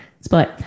split